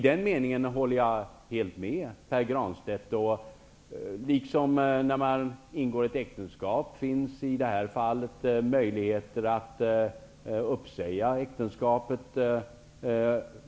Där håller jag helt med Pär Precis som när man ingår ett äktenskap finns i det här fallet en teoretisk möjlighet att uppsäga ''äktenskapet''.